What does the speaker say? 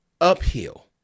uphill